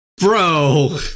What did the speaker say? bro